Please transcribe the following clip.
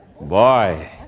Boy